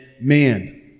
man